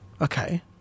Okay